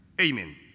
Amen